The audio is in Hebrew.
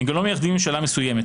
הם גם לא מייחדים ממשלה מסוימת.